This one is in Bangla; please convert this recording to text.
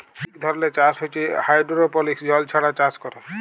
ইক ধরলের চাষ হছে হাইডোরোপলিক্স জল ছাড়া চাষ ক্যরে